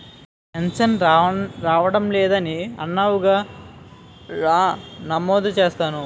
pension రావడం లేదని అన్నావుగా రా నమోదు చేస్తాను